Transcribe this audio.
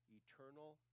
eternal